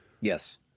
yes